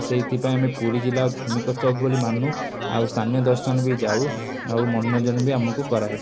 ସେଇଥିପାଇଁ ଆମେ ପୁରୀ ଜିଲ୍ଲା ଓ ଧାର୍ମିକ ସ୍ଥଳ ବୋଲି ମାନୁ ଆଉ ସ୍ଥାନୀୟ ଦର୍ଶନ ବି ଯାଉ ଆଉ ମନୋରଞ୍ଜନ ବି ଆମକୁ କରାଏ